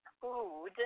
food